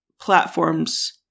platforms